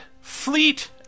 Fleet